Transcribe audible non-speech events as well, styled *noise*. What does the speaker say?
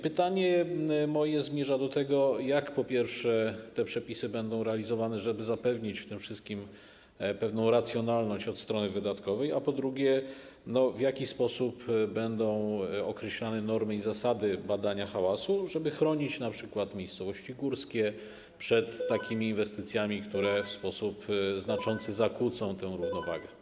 Pytanie moje zmierza, po pierwsze, do tego, jak te przepisy będą realizowane, żeby zapewnić w tym wszystkim pewną racjonalność od strony wydatkowej, a po drugie, w jaki sposób będą określane normy i zasady badania hałasu, tak żeby chronić np. miejscowości górskie przed takimi inwestycjami, które w sposób znaczący *noise* zakłócają tę równowagę.